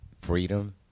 freedom